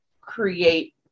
create